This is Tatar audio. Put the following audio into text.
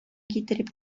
китереп